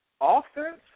offense